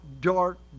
dark